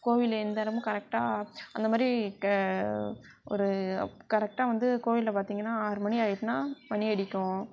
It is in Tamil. கோவிலில் எந்த இடமும் கரெக்டாக அந்த மாதிரி ஒரு கரெக்டாக வந்து கோவிலில் பார்த்திங்கன்னா ஆறு மணி ஆயிட்டுன்னா மணி அடிக்கும்